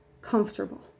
comfortable